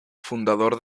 fundador